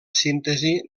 síntesi